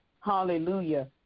hallelujah